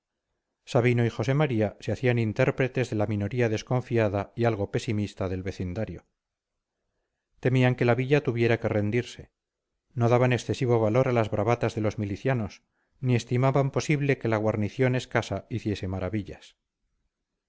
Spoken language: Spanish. sabino y josé maría se hacían intérpretes de la minoría desconfiada y algo pesimista del vecindario temían que la villa tuviera que rendirse no daban excesivo valor a las bravatas de los milicianos ni estimaban posible que la guarnición escasa hiciese maravillas